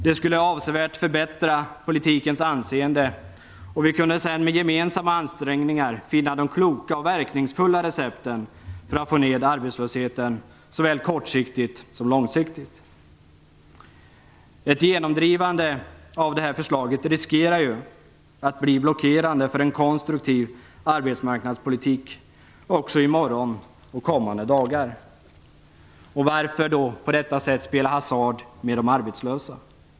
Det skulle avsevärt förbättra politikens anseende, och vi kunde sedan med gemensamma ansträngningar finna de kloka och verkningsfulla recepten för att få ned arbetslösheten såväl kortsiktigt som långsiktigt. Ett genomdrivande av det här förslaget riskerar att blockera en konstruktiv arbetsmarknadspolitik också i morgon och kommande dagar. Varför då på detta sätt spela hasard med de arbetslösa?